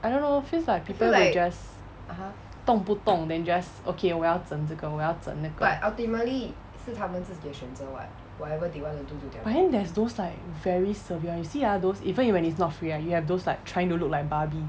I don't know feels like people are just 动不动 then just okay 我要整这个我要整那个 but then there's those like very severe you see ah those even when it's not free ah you have those like trying to look like barbie